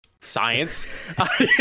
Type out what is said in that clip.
Science